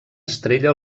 estrella